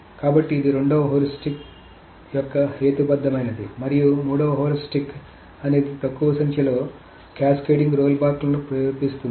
కాబట్టి ఇది రెండవ హ్యూరిస్టిక్ యొక్క హేతుబద్ధమైనది మరియు మూడవ హ్యూరిస్టిక్ అనేది తక్కువ సంఖ్యలో క్యాస్కేడింగ్ రోల్బ్యాక్లను ప్రేరేపిస్తుంది